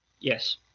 Yes